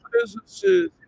businesses